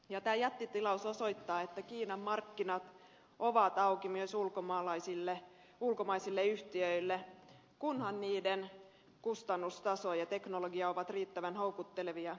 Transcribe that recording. tämä jättitilaus osoittaa että kiinan markkinat ovat auki myös ulkomaisille yhtiöille kunhan niiden kustannustaso ja teknologia ovat riittävän houkuttelevia